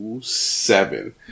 seven